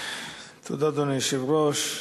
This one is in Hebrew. אדוני היושב-ראש,